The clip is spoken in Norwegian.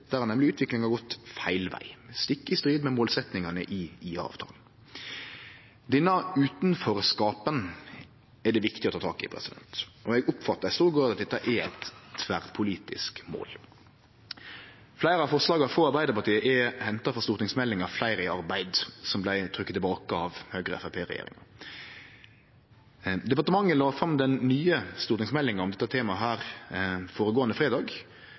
Der har nemleg utviklinga gått feil veg, stikk i strid med målsetjingane i IA-avtalen. Denne utanforskapen er det viktig å ta tak i, og eg oppfattar i stor grad at dette er eit tverrpolitisk mål. Fleire av forslaga frå Arbeidarpartiet er henta frå stortingsmeldinga Flere i arbeid, som vart trekt tilbake av Høgre–Framstegsparti-regjeringa. Departementet la fram den nye stortingsmeldinga om dette temaet her føregåande fredag,